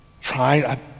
trying